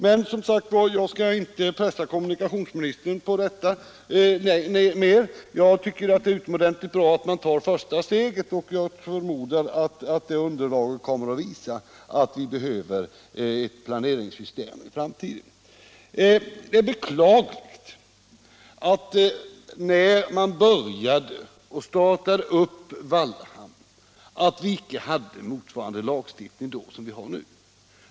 Men jag skall, som sagt, inte mera pressa kommunikationsministern på den punkten. Jag tycker att det är utomordentligt bra att han tar första steget, och jag förmodar att underlaget för detta kommer att visa att vi behöver ett planeringssystem i framtiden. Det är beklagligt att vi, när man började uppbyggnaden av Wallhamn, icke hade en lagstiftning motsvarande den som vi har nu.